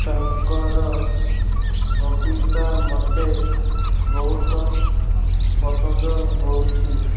ତାଙ୍କର କବିତା ମୋତେ ବହୁତ ପସନ୍ଦ ହୋଇଛି